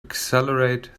accelerate